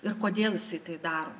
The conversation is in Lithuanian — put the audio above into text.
ir kodėl jisai tai daro